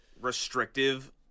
restrictive